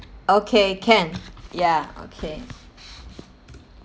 okay can ya okay